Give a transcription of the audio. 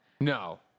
No